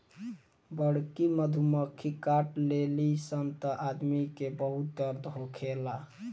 बड़की मधुमक्खी काट देली सन त आदमी के बहुत दर्द होखेला